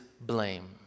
blame